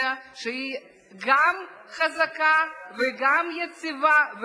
שהיא גם חזקה וגם יציבה חזק ויציב,